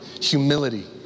humility